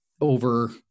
over